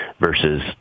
versus